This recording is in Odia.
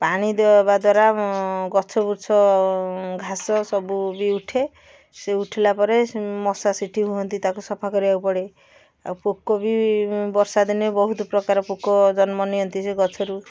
ପାଣି ଦେବା ଦ୍ୱାରା ଆମ ଗଛବୁଛ ଘାସ ସବୁ ବି ଉଠେ ସେ ଉଠିଲା ପରେ ମଶା ସେଠି ହୁଅନ୍ତି ତାକୁ ସଫା କରିବାକୁ ପଡ଼େ ଆଉ ପୋକ ବି ବର୍ଷା ଦିନେ ବହୁତ ପ୍ରକାର ପୋକ ଜନ୍ମ ନିଅନ୍ତି ସେ ଗଛରୁ